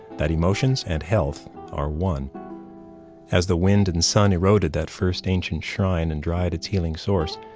that emotions and health are one as the wind and sun eroded that first ancient shrine and dried its healing source,